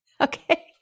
Okay